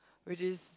which is